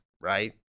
right